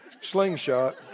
slingshot